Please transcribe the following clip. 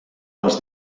les